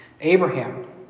Abraham